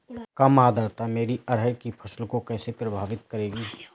कम आर्द्रता मेरी अरहर की फसल को कैसे प्रभावित करेगी?